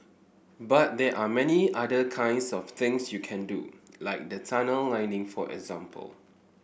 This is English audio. but there are many other kinds of things you can do like the tunnel lining for example